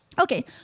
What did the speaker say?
Okay